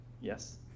Yes